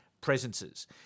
presences